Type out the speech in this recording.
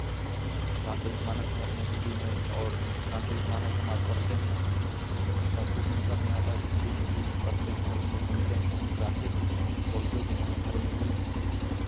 रामचरित मानस में अपने हिन्दी में और रामचरित मानस हम आज पढ़ते हैं संस्कृत नहीं पढ़ने आता तो हिन्दी में भी पढ़ते हैं और उसको सुनते हैं गाते भी हैं बोलते भी है और घर में भी